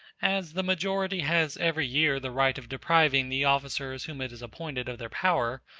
as the majority has every year the right of depriving the officers whom it has appointed of their power,